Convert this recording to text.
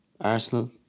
Arsenal